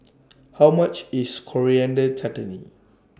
How much IS Coriander Chutney